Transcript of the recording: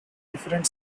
different